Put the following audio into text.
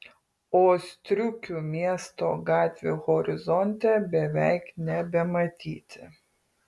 o striukių miesto gatvių horizonte beveik nebematyti